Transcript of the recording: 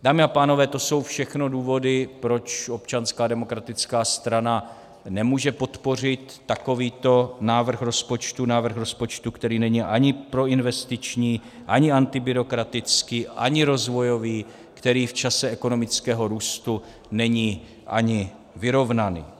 Dámy a pánové, to jsou všechno důvody, proč Občanská demokratická strana nemůže podpořit takovýto návrh rozpočtu, návrh rozpočtu, který není ani proinvestiční, ani antibyrokratický, ani rozvojový, který v čase ekonomického růstu není ani vyrovnaný.